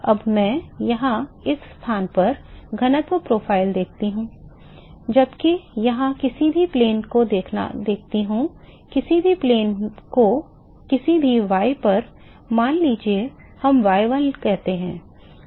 अब मैं यहां इस स्थान पर घनत्व प्रोफ़ाइल को देखता हूं जबकि यहां किसी भी plane को देखता हूं किसी भी plane को किसी भी y पर मान लीजिए हम y1 कहते हैं